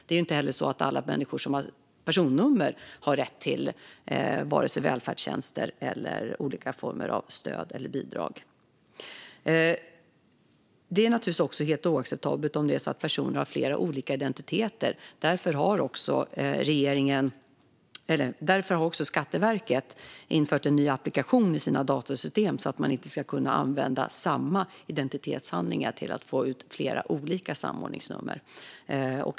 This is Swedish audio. Det är inte så att alla människor som har personnummer också har rätt till välfärdstjänster eller olika former av stöd eller bidrag. Det är naturligtvis oacceptabelt om personer har flera olika identiteter. Därför har Skatteverket infört en ny applikation i sina datasystem så att man inte ska kunna använda samma identitetshandlingar för att få ut flera olika samordningsnummer.